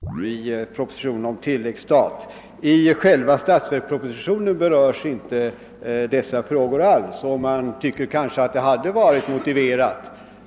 Herr talman! Det är mycket värdefullt att justitieministern här givit en så utförlig motivering till det förslag som ligger i propositionen om tilläggsstat. I själva statsverkspropositionen berörs inte dessa frågor alls, och man tycker kanske att detta hade varit motiverat.